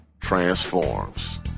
Transforms